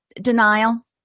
Denial